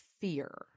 fear